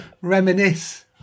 reminisce